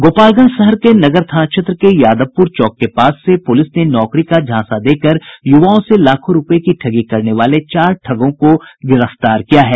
गोपालगंज शहर के नगर थाना क्षेत्र में यादवपुर चौक के पास से पुलिस ने नौकरी का झांसा देकर युवाओं से लाखों रुपये की ठगी करने वाले चार ठगों को गिरफ्तार किया है